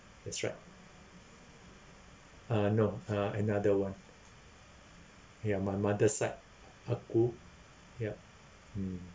that's right uh no uh another one ya my mother's side ah gu ya hmm